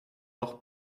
noch